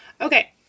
okay